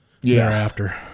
thereafter